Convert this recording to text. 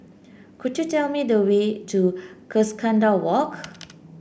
could you tell me the way to Cuscaden Walk